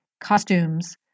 costumes